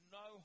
no